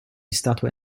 statue